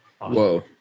whoa